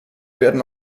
werden